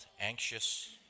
anxious